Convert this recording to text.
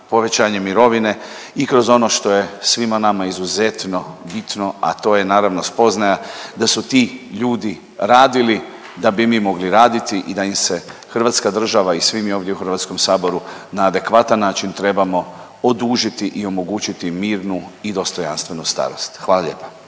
povećanje mirovine i kroz ono što je svima nama izuzetno bitno, a to je naravno spoznaja da su ti ljudi radili da bi mi mogli raditi i da im se Hrvatska država i svi mi ovdje u Hrvatskom saboru na adekvatan način trebamo odužiti i omogućiti im mirnu i dostojanstvenu starost. Hvala lijepa.